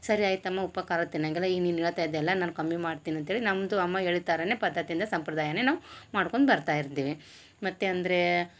ಸರಿ ಆಯ್ತಮ್ಮ ಉಪ್ಪು ಖಾರ ತಿನ್ನಂಗಿಲ್ಲ ಈ ನೀನು ಹೇಳ್ತಾ ಇದ್ಯಲ್ಲ ನಾನು ಕಮ್ಮಿ ಮಾಡ್ತೀನಂತೇಳಿ ನಮ್ಮದು ಅಮ್ಮ ಹೇಳಿದ ಥರನೇ ಪದ್ಧತಿಯಿಂದ ಸಂಪ್ರದಾಯನೆ ನಾವು ಮಾಡ್ಕೊಂದ್ ಬರ್ತಾ ಇರ್ತೀವಿ ಮತ್ತೆ ಅಂದರೆ